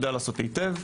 יודע לעשות היטב.